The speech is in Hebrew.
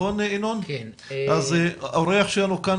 ינון כהן נמצא כאן